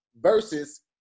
versus